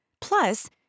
Plus